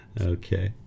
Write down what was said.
Okay